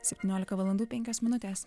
septyniolika valandų penkios minutės